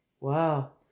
Wow